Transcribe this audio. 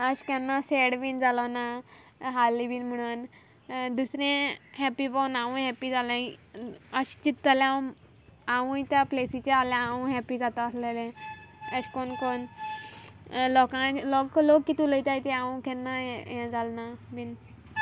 हांव केन्ना सॅड बीन जालो ना हारलीं बीन म्हुणोन दुसरें हॅप्पी हांवूंय हॅप्पी जालें अशें चिंततालें हांव हांवूंय त्या प्लेसीचे आहल्यार हांवूंय हॅप्पी जाता आसलें एशें कोन्न कोन्न लोकांनी लोक कितें उलोयताय तें हांव केन्ना हें जालें ना बीन